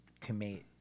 commit